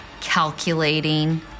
calculating